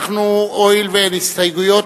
הואיל ואין הסתייגויות,